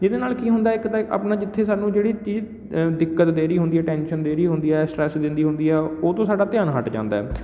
ਜਿਹਦੇ ਨਾਲ ਕੀ ਹੁੰਦਾ ਇੱਕ ਤਾਂ ਆਪਣਾ ਜਿੱਥੇ ਸਾਨੂੰ ਜਿਹੜੀ ਚੀਜ਼ ਦਿੱਕਤ ਦੇ ਰਹੀ ਹੁੰਦੀ ਟੈਂਸ਼ਨ ਦੇ ਰਹੀ ਹੁੰਦੀ ਹੈ ਸਟਰੈੱਸ ਦਿੰਦੀ ਹੁੰਦੀ ਹੈ ਓਹ ਤੋਂ ਸਾਡਾ ਧਿਆਨ ਹਟ ਜਾਂਦਾ